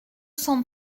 cent